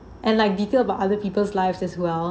and like detail about other people's lives as well